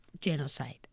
genocide